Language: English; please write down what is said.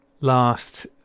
last